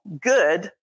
good